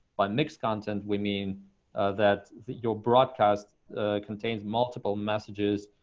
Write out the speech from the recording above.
by mixed content, we mean that that your broadcast contains multiple messages,